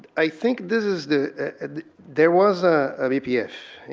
i think this is the there was a vps